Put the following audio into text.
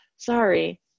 sorry